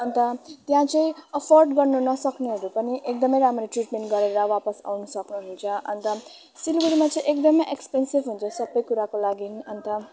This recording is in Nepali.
अन्त त्यहाँ चाहिँ अफर्ड गर्न नसक्नेहरू पनि एकदमै राम्रो ट्रिटमेन्ट गरेर वापस आउनु सक्नुहुन्छ अन्त सिलगढीमा चाहिँ एकदम एक्सपेन्सिभ हुन्छ सबैकुराको लागि अन्त